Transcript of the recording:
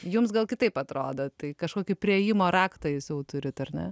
jums gal kitaip atrodo tai kažkokį priėjimo raktą jūs jau turit ar ne